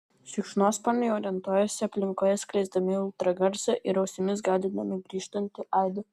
šikšnosparniai orientuojasi aplinkoje skleisdami ultragarsą ir ausimis gaudydami grįžtantį aidą